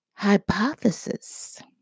Hypothesis